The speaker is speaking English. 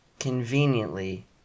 conveniently